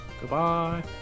Goodbye